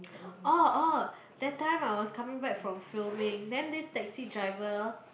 orh orh that time I was coming back from filming then this taxi driver